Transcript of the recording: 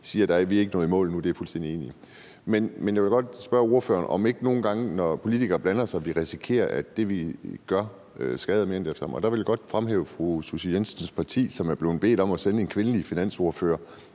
siger, at vi ikke er nået i mål endnu, og det er jeg fuldstændig enig i. Men jeg vil godt spørge ordføreren, om ikke vi risikerer nogle gange, når politikere blander sig, at det, vi gør, skader mere, end det gavner. Og der vil jeg godt fremhæve fru Susie Jessens parti, som er blevet bedt om at sende en kvindelig finansordfører